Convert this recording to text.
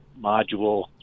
module